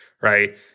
right